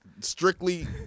strictly